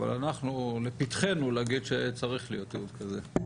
לפתחנו להגיד שצריך להיות תיעוד כזה.